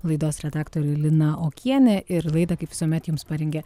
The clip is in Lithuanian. laidos redaktorė lina okienė ir laidą kaip visuomet jums parengė